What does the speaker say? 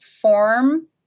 form